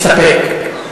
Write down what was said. מסתפק.